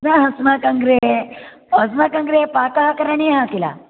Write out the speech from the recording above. न अस्माकं गृहे अस्माकं गृहे पाकः करणीयः खिल